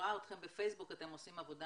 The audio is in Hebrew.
רואה אתכם בפייסבוק, אתם עושים עבודה